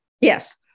Yes